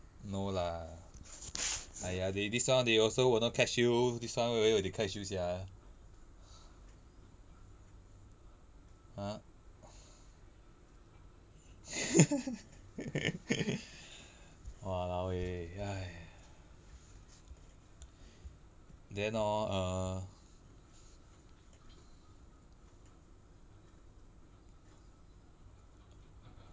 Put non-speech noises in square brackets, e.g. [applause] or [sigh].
no lah !aiya! they this one they also will not catch you this one where will they catch you sia !huh! [laughs] !walao! eh [noise] then orh err